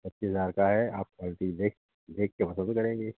पच्चीस हजार का है आप हर चीज देख देख कर पसन्द करेंगे